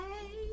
Hey